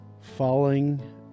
falling